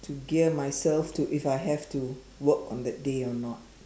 to gear myself to if I have to work on that day or not